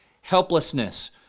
helplessness